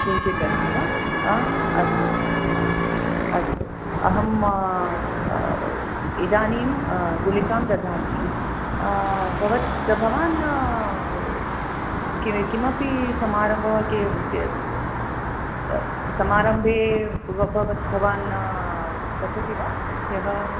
किञ्चित् अस्ति वा अस्तु अस्तु अहं इदानीं गुलिकां ददामि भवत् भवान् किमपि समारम्भ वा कि कि समारम्भे भवान् गच्छति वा ह्यः